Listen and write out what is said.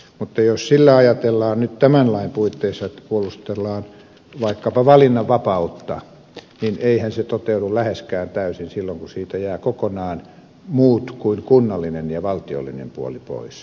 mutta jos sitä ajatellaan nyt tämän lain puitteissa että puolustellaan vaikkapa valinnanvapautta niin eihän se toteudu läheskään täysin silloin kun siitä jäävät kokonaan muut kuin kunnallinen ja valtiollinen puoli pois